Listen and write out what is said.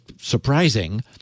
surprising